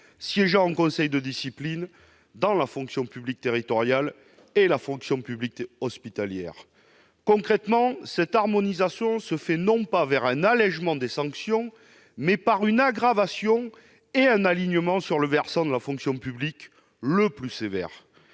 siégeant en conseil de discipline dans la fonction publique territoriale et la fonction publique hospitalière. Concrètement, cette harmonisation se traduit non par un allégement des sanctions, mais par une aggravation et un alignement sur le versant de la fonction publique le plus sévère.